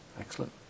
Excellent